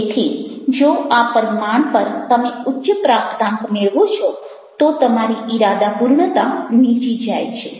તેથી જો આ પરિમાણ પર તમે ઉચ્ચ પ્રાપ્તાંક મેળવો છો તો તમારી ઇરાદાપૂર્ણતા નીચી જાય છે